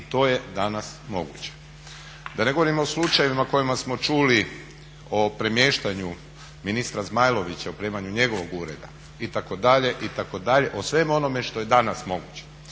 i to je danas moguće. Da ne govorim o slučajevima o kojima smo čuli o premještanju ministra Zmajlovića, opremanju njegovog ureda itd. itd. o svemu onome što je danas moguće.